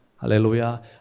Hallelujah